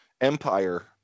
Empire